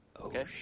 Okay